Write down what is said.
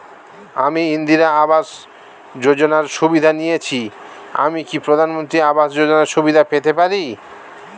আমি ইন্দিরা আবাস যোজনার সুবিধা নেয়েছি আমি কি প্রধানমন্ত্রী আবাস যোজনা সুবিধা পেতে পারি?